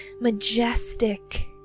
majestic